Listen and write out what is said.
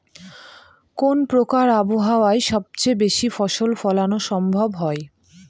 কোন প্রকার আবহাওয়ায় সবচেয়ে বেশি ফসল ফলানো সম্ভব হয়?